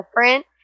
different